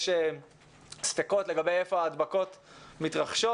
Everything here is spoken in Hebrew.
יש ספקות לגבי איפה ההדבקות מתרחשות,